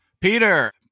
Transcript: Peter